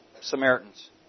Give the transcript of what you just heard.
Samaritans